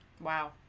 Wow